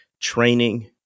training